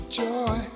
joy